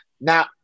Now